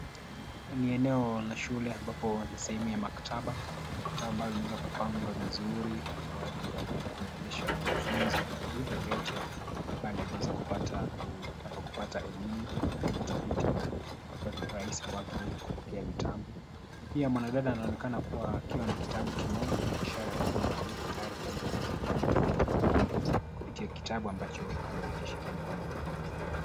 Hapa ni eneo la shule ambapo ni sehemu ya maktaba, kuna vitabu ambavyo vimeweza kupangwa vizuri, kwa ajili ya kuweza kumwezesha mwanafunzi ama yule yeyote, ambaye angeweza kupata kutaka kupata ellimu, na kufanya utafiti, rahisi kwake kuweza kupokea vitabu, pia mwanadada anaonekana kuwa akiwa na kitabu kimoja ishara ya kwamba yupo tayari kwa ajili ya kuweza kufanya utafiti wake, kupitia kitabu ambacho amekishika mkononi.